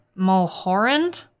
Mulhorand